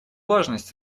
важность